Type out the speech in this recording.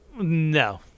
No